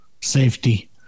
safety